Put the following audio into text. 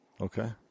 Okay